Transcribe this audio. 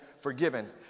forgiven